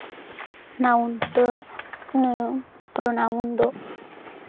noun ᱫᱚ ᱱᱟᱣᱩᱱ ᱯᱨᱚᱱᱟᱣᱩᱱ ᱫᱚ